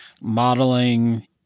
modeling –